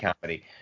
comedy